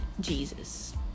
Jesus